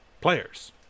players